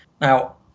Now